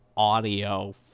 audio